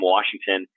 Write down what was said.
Washington